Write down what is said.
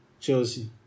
Chelsea